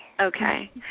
Okay